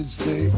say